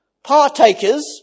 partakers